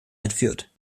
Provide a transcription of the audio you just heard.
entführt